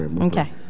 Okay